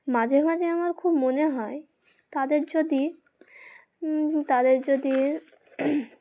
মাঝে মাঝে আমার খুব মনে হয় তাদের যদি তাদের যদি